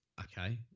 Okay